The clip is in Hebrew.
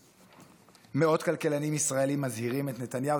מאות כלכלנים ישראלים מזהירים את נתניהו,